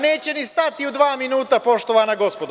Neće ni stati u dva minuta, poštovana gospodo.